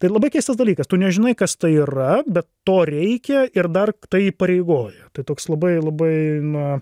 tai labai keistas dalykas tu nežinai kas tai yra bet to reikia ir dar tai įpareigoja tai toks labai labai na